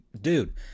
dude